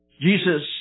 Jesus